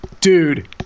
dude